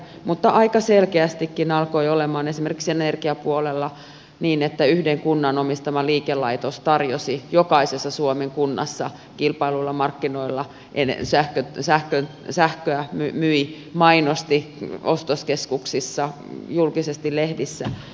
mutta aika selkeästikin alkoi olemaan esimerkiksi energiapuolella niin että yhden kunnan omistama liikelaitos tarjosi jokaisessa suomen kunnassa kilpailluilla markkinoilla sähköä myi mainosti ostoskeskuksissa julkisesti lehdissä